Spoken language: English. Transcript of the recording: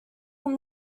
from